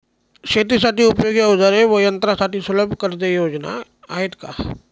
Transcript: शेतीसाठी उपयोगी औजारे व यंत्रासाठी सुलभ कर्जयोजना आहेत का?